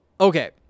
Okay